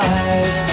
eyes